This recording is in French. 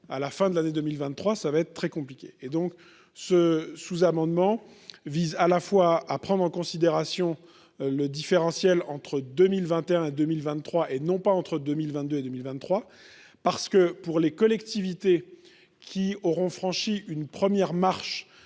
la fin de l'année 2023 sera très compliquée. Ce sous-amendement vise ainsi à prendre en considération le différentiel entre 2021 et 2023, et non pas entre 2022 et 2023. En effet, pour les collectivités qui auront franchi une première marche